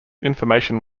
information